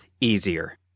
easier